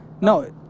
No